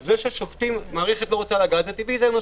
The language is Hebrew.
זה שהמערכת לא רוצה לגעת זה אנושי.